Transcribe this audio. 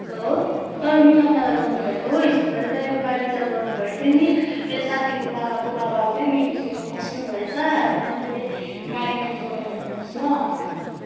hello तपाईँ मिलन दादा बोल्नु भएको हो हिजो मैले तपाईँको गाडी रिजर्भ गर्ने भनेको थियो नि मेरो साथीको बाबाको बाबा मित खस्नु भएछ त्यसैले गाडी क्यान्सल गर्यो भन्नु होस् ल